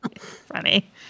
Funny